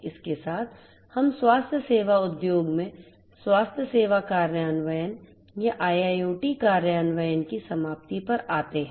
इसके साथ हम स्वास्थ्य सेवा उद्योग में स्वास्थ्य सेवा कार्यान्वयन या IIoT कार्यान्वयन की समाप्ति पर आते हैं